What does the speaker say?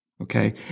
Okay